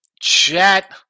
chat